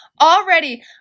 already